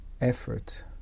effort